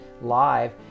live